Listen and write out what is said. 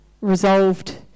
resolved